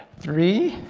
three.